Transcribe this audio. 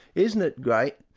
isn't it great?